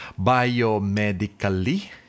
biomedically